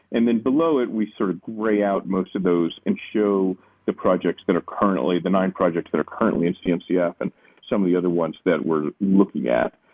and then below it we sort of gray out most of those and show the projects that are currently the nine projects that are currently in cncf and some of the other ones that we're looking at.